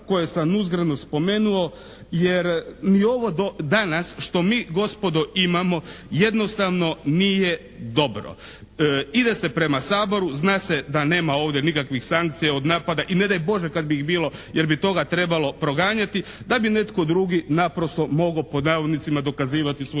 koje sam uzgredno spomenuo jer ni ovo danas što mi gospodo imamo jednostavno nije dobro. Ide se prema Saboru, zna se da nema ovdje nikakvih sankcija od napada i ne daj Bože kad bi ih bilo jer bi toga trebalo proganjati da bi netko drugi mogao naprosto "dokazivati" svoju